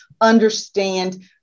understand